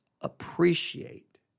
appreciate